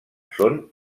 són